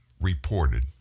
reported